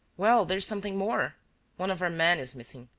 well, there is something more one of our men is missing,